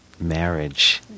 marriage